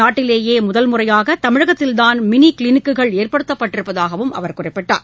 நாட்டிலேயே முதல் முறையாக தமிழகத்தில்தான் மினி கிளினிக்குகள் ஏற்படுத்தப்பட்டிருப்பதாகவும் அவர் குறிப்பிட்டார்